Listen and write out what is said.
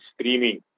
screaming